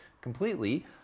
completely